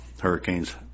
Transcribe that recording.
hurricanes